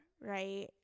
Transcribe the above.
right